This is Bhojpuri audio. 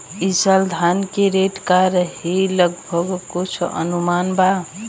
ई साल धान के रेट का रही लगभग कुछ अनुमान बा?